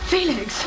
Felix